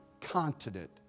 continent